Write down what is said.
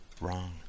wrong